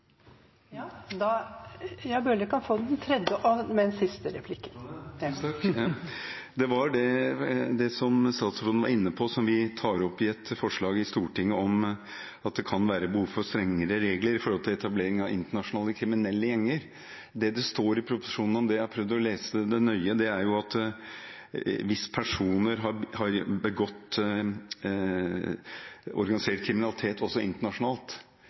Det gjelder det statsråden var inne på, og som vi tar opp i et forslag i Stortinget, om at det kan være behov for strengere regler med tanke på etablering av internasjonale kriminelle gjenger. Det det står i proposisjonen om det, som jeg har prøvd å lese nøye, er at hvis personer har begått organisert kriminalitet også internasjonalt,